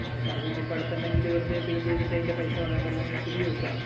അല്ല സർവീസ് ഇപ്പോൾ അടുത്തുണ്ടെങ്കിൽ വെറുതെ പെയിൻറ്റ് ചെയ്തിട്ട് അതിൻ്റെ പൈസ കളയണ്ടല്ലോയെന്ന് വെച്ചിട്ട് ചോദിച്ചതാണ്